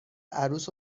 عروس